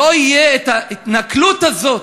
שלא תהיה ההתנכלות הזאת,